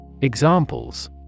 Examples